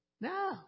No